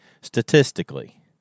Statistically